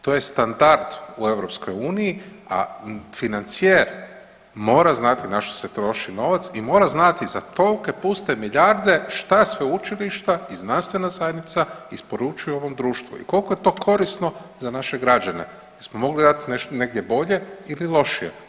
To je standard u EU, a financijer mora znati na što se troši novac i mora znati za tolike puste milijarde šta sveučilišta i znanstvena zajednica isporučuje ovom društvu i koliko je to korisno za naše građane, jesmo dati negdje bolje ili lošije.